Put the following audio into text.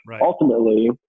ultimately